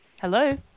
Hello